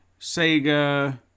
Sega